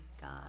God